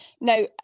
Now